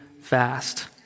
fast